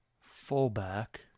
Fullback